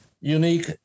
unique